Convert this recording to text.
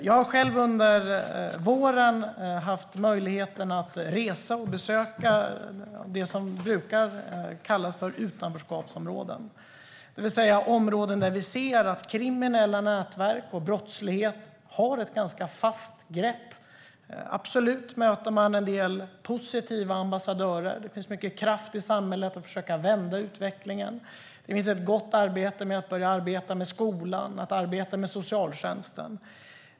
Jag har under våren haft möjlighet att besöka det som brukar kallas utanförskapsområden, det vill säga områden där vi ser att kriminella nätverk och brottslighet har ett ganska fast grepp. Man möter absolut en del positiva ambassadörer, och det finns mycket kraft i samhället att försöka vända utvecklingen. Det görs ett gott arbete med skola och socialtjänst.